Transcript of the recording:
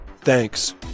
thanks